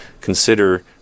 consider